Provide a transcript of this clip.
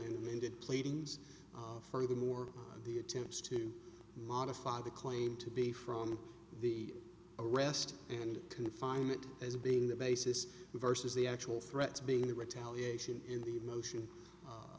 did pleadings furthermore the attempts to modify the claim to be from the arrest and confinement as being the basis versus the actual threats being the retaliation in the motion